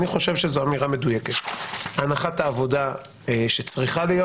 אני חושב שזו אמירה מדויקת: הנחת העבודה שצריכה להיות